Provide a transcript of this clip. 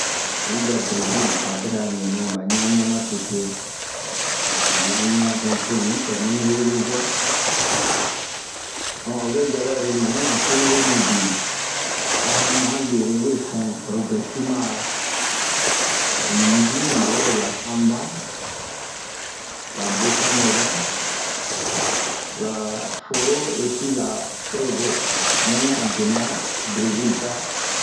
Oyi dia berezil, ba bɛrɛ a ninɛ ba ɲa'anmian matete, ba ɲan'anmia donke to nupɛɛ ma mi reliziɔn, on ovɛ yi aba relizion ra cururu mibin. Ahan ma han le'ere we fɛn oro bie yɛsinma eehh li misiki nɛ ba we bara lasamba, la bosanova, la foro et pi la frerevo bun wian a benɛ Berezile ta.